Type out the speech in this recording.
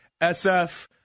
SF